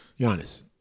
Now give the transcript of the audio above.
Giannis